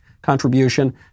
contribution